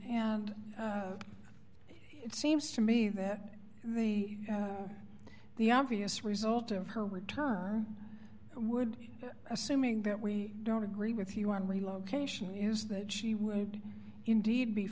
claim it seems to me that the obvious result of her return would assuming that we don't agree with you on relocation is that she would indeed be